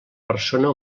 persona